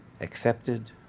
accepted